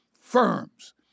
firms